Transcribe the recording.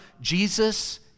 Jesus